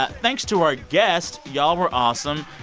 but thanks to our guests. y'all were awesome.